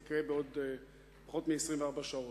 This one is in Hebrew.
זה יקרה בעוד פחות מ-24 שעות.